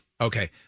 Okay